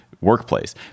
workplace